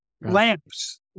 lamps